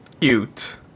cute